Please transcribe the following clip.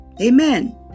Amen